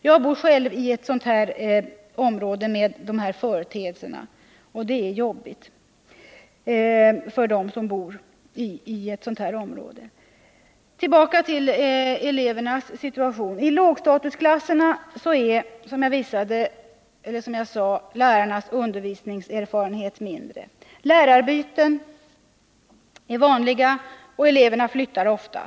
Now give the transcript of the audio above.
Jag bor själv i ett område med sådana här förhållanden. Det är jobbigt för dem som bor där. Tillbaka till elevernas situation. I lågstatusklasserna är, som jag sade, lärarnas undervisningserfarenhet mindre. Lärarbyten är vanliga och eleverna flyttar ofta.